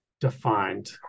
defined